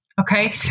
Okay